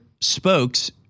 spokes